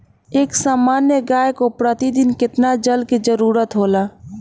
एक सामान्य गाय को प्रतिदिन कितना जल के जरुरत होला?